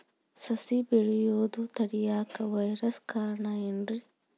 ಸಸಿ ಬೆಳೆಯುದ ತಡಿಯಾಕ ವೈರಸ್ ಕಾರಣ ಏನ್ರಿ?